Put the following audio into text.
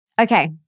Okay